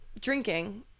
drinking